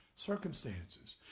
circumstances